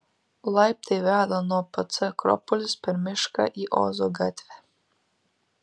laiptai veda nuo pc akropolis per mišką į ozo gatvę